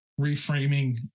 reframing